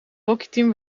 hockeyteam